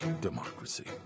democracy